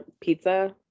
pizza